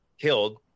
killed